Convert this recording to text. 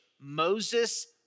Moses